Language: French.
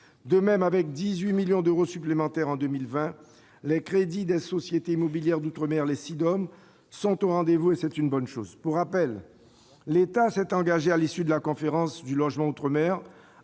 De même, avec 18 millions d'euros supplémentaires en 2020, les crédits des sociétés immobilières d'outre-mer (Sidom) sont au rendez-vous. C'est une bonne chose. Pour rappel, l'État s'est engagé, à l'issue de la conférence du logement outre-mer,